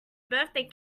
birthday